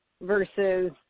versus